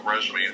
resume